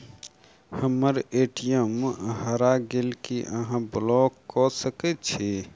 हम्मर ए.टी.एम हरा गेल की अहाँ ब्लॉक कऽ सकैत छी?